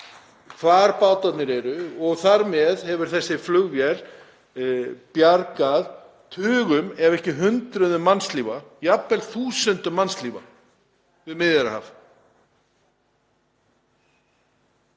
hvar bátarnir eru. Þar með hefur þessi flugvél bjargað tugum ef ekki hundruðum mannslífa, jafnvel þúsundum mannslífa, við Miðjarðarhaf.